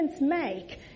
make